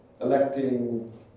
electing